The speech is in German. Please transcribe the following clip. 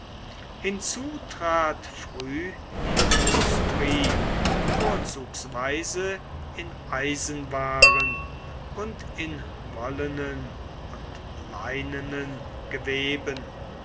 hinzu trat früh die industrie vorzugsweise in eisenwaren und in wollenen und leinenen geweben